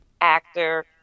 actor